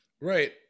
Right